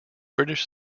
british